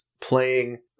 playing